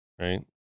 Right